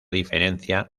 diferencia